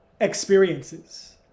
experiences